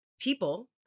people